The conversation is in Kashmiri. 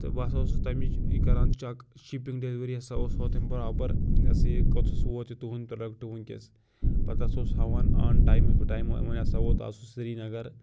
تہٕ بہٕ ہسا اوسُس تمِچ یہِ کران چَک شِپِنگ ڈیلوری ہسا اوس ہوٚو تیم برابر یہِ ہسا یہِ کوٚتھَس ووت یہِ تُہُنٛد پروڈَکٹ وٕنکٮ۪س پتہٕ ہسا اوس ہاوان ٹایمہٕ پتہٕ ٹایمہٕ ؤنۍ ہسا ووت آز سُہ سریٖنَگر